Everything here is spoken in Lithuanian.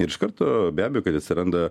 ir iš karto be abejo kad atsiranda